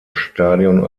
stadion